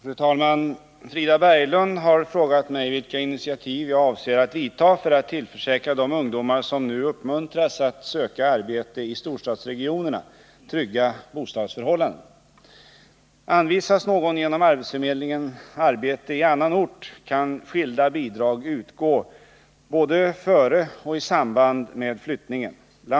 Fru talman! Frida Berglund har frågat mig vilka initiativ jag avser att vidta för att tillförsäkra de ungdomar som nu uppmuntras att söka arbete i storstadsregionerna trygga bostadsförhållanden. Anvisas någon genom arbetsförmedlingen arbete på annan ort kan skilda bidrag utgå både före och i samband med flyttningen. Bl.